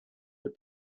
the